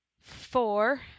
four